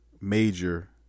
major